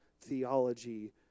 theology